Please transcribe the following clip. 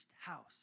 house